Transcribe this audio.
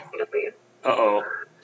Uh-oh